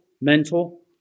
mental